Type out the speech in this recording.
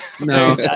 No